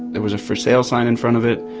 there was a for sale sign in front of it,